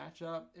matchup